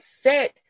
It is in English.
set